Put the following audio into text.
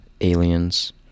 aliens